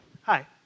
Hi